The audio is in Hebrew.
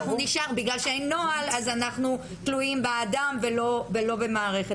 בגלל שאין נוהל, אנחנו תלויים באדם ולא במערכת.